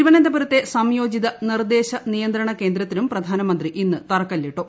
തിരുവനന്തപുരത്തെ സംയോജിത നിർദേശ നിയന്ത്രണ കേന്ദ്രത്തിനും പ്രധാനമന്ത്രി ഇന്ന് തറക്കല്ലിട്ടു